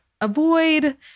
avoid